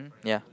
ya